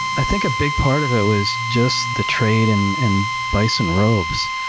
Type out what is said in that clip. i think a big part of it was just the trade in in bison robes.